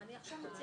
של קבוצת